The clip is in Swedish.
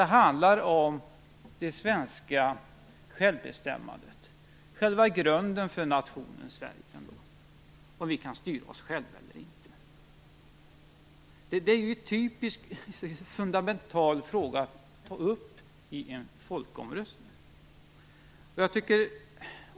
Det handlar om det svenska självbestämmandet, själva grunden för nationen Sverige - om vi kan styra oss själva eller inte. Det är en fundamental fråga att ta upp i en folkomröstning.